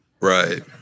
right